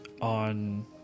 on